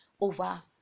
over